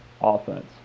offense